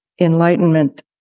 Enlightenment